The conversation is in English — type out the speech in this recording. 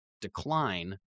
decline